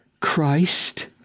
Christ